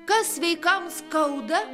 kas sveikam skauda